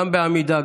גם בעמידה,